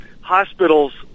Hospitals